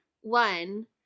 One